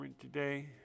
today